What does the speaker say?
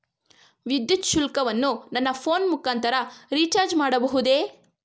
ವಿದ್ಯುತ್ ಶುಲ್ಕವನ್ನು ನನ್ನ ಫೋನ್ ಮುಖಾಂತರ ರಿಚಾರ್ಜ್ ಮಾಡಬಹುದೇ?